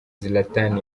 zlatan